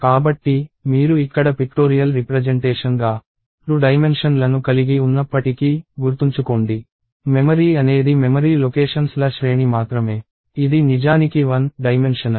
కాబట్టి మీరు ఇక్కడ పిక్టోరియల్ రిప్రజెంటేషన్గా 2 డైమెన్షన్లను కలిగి ఉన్నప్పటికీ గుర్తుంచుకోండి మెమరీ అనేది మెమరీ లొకేషన్స్ ల శ్రేణి మాత్రమే ఇది నిజానికి 1 డైమెన్షనల్